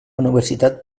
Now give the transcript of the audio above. universitat